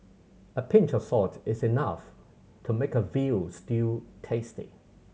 a pinch of salt is enough to make a veal stew tasty